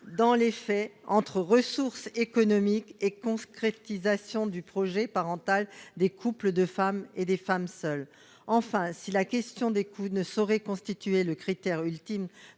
dans les faits, entre ressources économiques et concrétisation du projet parental des couples de femmes et des femmes seules. Troisièmement et enfin, alors que la question des coûts ne saurait constituer le critère ultime